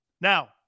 Now